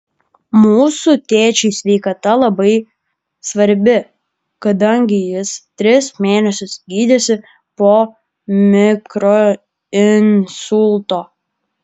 mūsų tėčiui sveikata labai svarbi kadangi jis tris mėnesius gydėsi po mikroinsulto